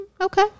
Okay